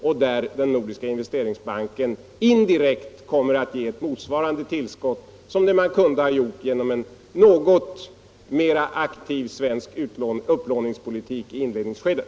Där kommer den nordiska investeringsbanken indirekt att ge ett motsvarande tillskott, något som man kunde ha gjort genom en mer aktiv upplåningspolitik i inledningsskedet.